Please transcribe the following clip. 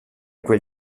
quel